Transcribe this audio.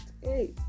hey